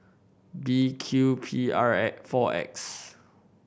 B Q P R four X